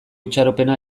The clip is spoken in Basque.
itxaropena